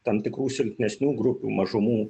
tam tikrų silpnesnių grupių mažumų